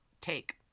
take